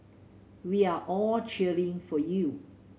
we are all cheering for you